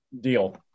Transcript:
deal